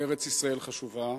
ארץ-ישראל חשובה,